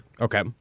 Okay